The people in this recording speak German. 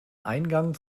eingang